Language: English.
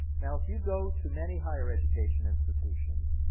now if you go to many higher education institutions,